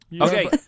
okay